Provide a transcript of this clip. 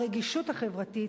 הרגישות החברתית,